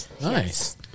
Nice